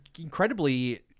incredibly